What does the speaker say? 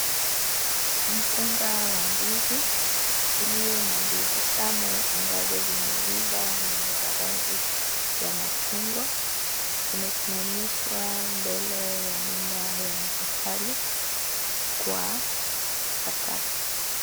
Mkunga wa ndizi, ulio na ndizi tamu ambazo zimeiva na ni za rangi ya machungwa, umesimamishwa mbele ya nyumba ya matofali kwa sakafu.